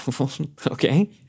Okay